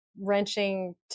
wrenching